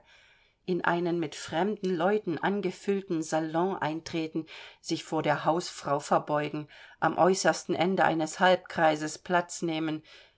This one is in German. in einen mit fremden leuten angefüllten salon eintreten sich vor der hausfrau verbeugen am äußersten ende eines halbkreises platz nehmen